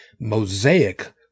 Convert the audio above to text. Mosaic